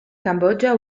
cambodia